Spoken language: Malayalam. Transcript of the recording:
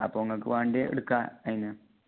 അപ്പം നിങ്ങൾക്ക് വേണ്ടിയത് എടുക്കാം അതിൽനിന്ന്